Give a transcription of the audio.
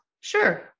Sure